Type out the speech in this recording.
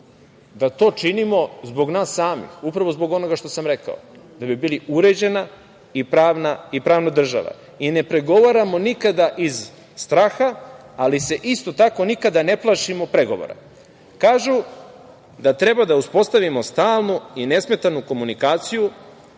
da to činimo zbog nas samih, upravo zbog onoga što sam rekao, da bi bili uređena i pravna država. Ne pregovaramo nikada iz straha, ali se isto tako nikada ne plašimo pregovora. Kažu da treba da uspostavimo stalnu i nesmetanu komunikaciju